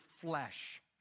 flesh